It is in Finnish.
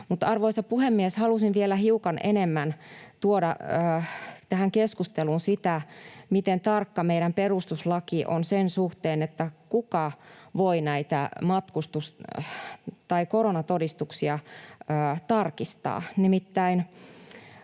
arvoisa puhemies, haluaisin vielä hiukan enemmän tuoda tähän keskusteluun sitä, miten tarkka meidän perustuslaki on sen suhteen, kuka voi näitä koronatodistuksia tarkistaa.